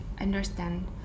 understand